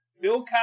Bill